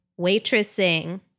Waitressing